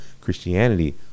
Christianity